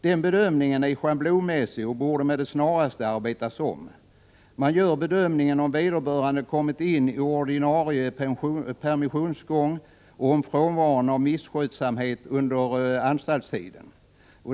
Den bedömningen är schablonmässig och borde med det snaraste göras om. Man bedömer om vederbörande kommit in i ordinarie permissionsgång och om frånvaron av misskötsamhet under anstaltstiden.